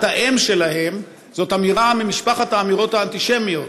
האם שלה זאת אמירה ממשפחת האמירות האנטישמיות,